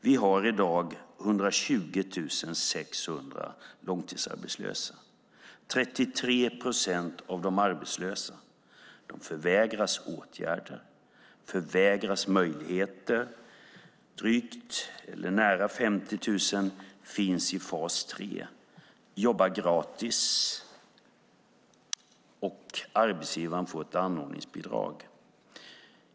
Vi har i dag 120 600 långtidsarbetslösa; det är 33 procent av de arbetslösa som förvägras åtgärder och möjligheter. Nära 50 000 finns i fas 3. De jobbar gratis och arbetsgivaren får ett anordningsbidrag.